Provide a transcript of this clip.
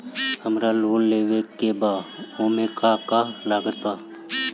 हमरा लोन लेवे के बा ओमे का का लागत बा?